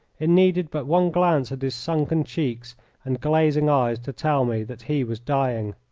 it needed but one glance at his sunken cheeks and glazing eyes to tell me that he was dying.